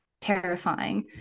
terrifying